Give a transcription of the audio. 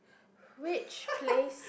which place